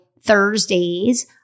Thursdays